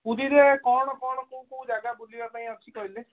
ପୁରୀରେ କ'ଣ କ'ଣ କେଉଁ କେଉଁ ଜାଗା ବୁଲିବା ପାଇଁ ଅଛି କହିଲେ